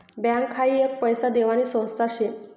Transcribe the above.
bank हाई एक पैसा देवानी संस्था शे